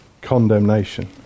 condemnation